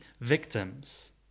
victims